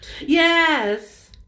Yes